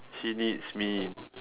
she needs me